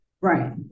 right